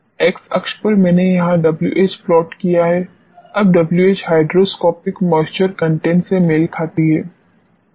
x अक्ष पर मैंने यहां Wh प्लॉट किया है अब Wh हाइड्रोस्कोपिक मॉइस्चर कंटेंट से मेल खाती है